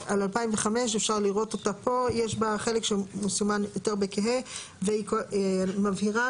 כן, יש לי פה צוות שלא מרפה, מנהלת